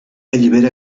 allibera